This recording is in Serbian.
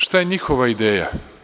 Šta je njihova ideja?